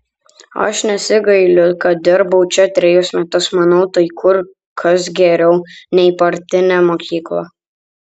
aš nesigailiu kad dirbau čia trejus metus manau tai kur kas geriau nei partinė mokykla